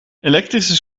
elektrische